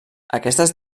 aquestes